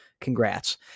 congrats